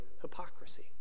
hypocrisy